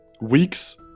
weeks